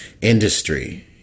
industry